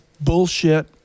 bullshit